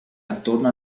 attorno